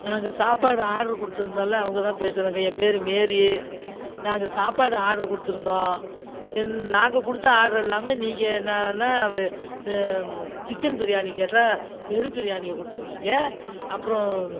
நாங்கள் சாப்பாடு ஆர்டரு கொடுத்து இருந்தொல்ல அவங்க தான் பேசுகிறோங்க எய் பெயரு மாரி நாங்கள் சாப்பாடு ஆர்டர் கொடுத்து இருந்தோம் ஏ நாங்கள் கொடுத்த ஆர்டர் இல்லாமல் நீங்கள் என்னெனா சிக்கன் பிரியாணி கேட்டால் வெறும் பிரியாணியை கொடுத்து இருக்கிங்க அப்பறோம்